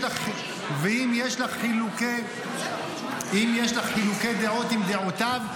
אם יש לך חילוקי דעות עם דעותיו,